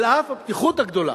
על אף הפתיחות הגדולה.